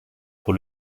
pour